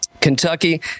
Kentucky